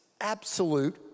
absolute